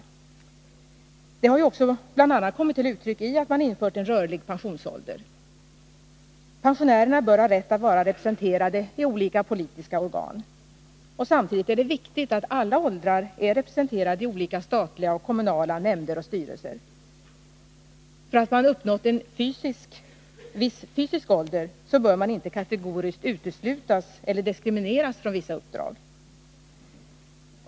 Detta har ju också bl.a. kommit till uttryck i att man infört en rörlig pensionsålder. Pensionärerna bör ha rätt att vara representerade i olika politiska organ. Samtidigt är det viktigt att alla åldrar är representerade i olika statliga och kommunala nämnder och styrelser. För att man har uppnått en viss fysisk ålder bör man inte kategoriskt uteslutas eller diskrimineras från vissa uppdrag.